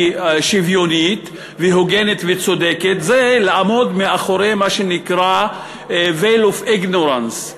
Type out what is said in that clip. שוויונית והוגנת וצודקת זה לעמוד מאחורי מה שנקרא Veil of Ignorance,